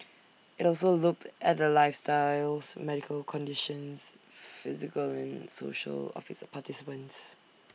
IT also looked at the lifestyles medical conditions physical and social of its participants